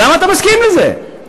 למה אתה מסכים לזה?